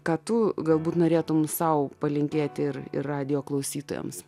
ką tu galbūt norėtumei sau palinkėti ir ir radijo klausytojams